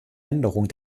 änderung